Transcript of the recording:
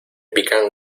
pican